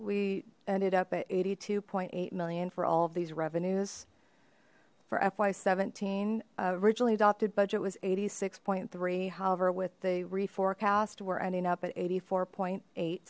we ended up at eighty two point eight million for all of these revenues for fy seventeen originally adopted budget was eighty six point three however with the re forecast we're ending up at eighty four point eight